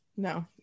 No